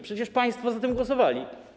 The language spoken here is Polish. Przecież państwo za tym głosowali.